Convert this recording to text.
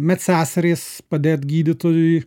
medseserys padėt gydytojui